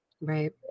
right